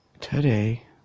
today